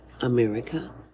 America